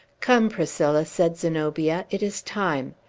come, priscilla, said zenobia it is time.